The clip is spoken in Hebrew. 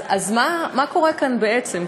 אז מה קורה כאן, בעצם?